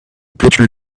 pitcher